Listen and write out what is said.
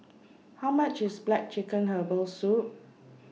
How much IS Black Chicken Herbal Soup